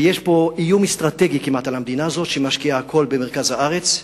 יש פה איום אסטרטגי כמעט על המדינה הזאת שמשקיעה הכול במרכז הארץ,